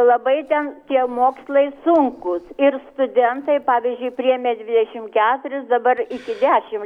labai ten tie mokslai sunkūs ir studentai pavyzdžiui priėmė dvidešim keturis dabar iki dešim